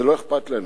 זה לא אכפת לאנשים.